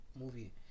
Movie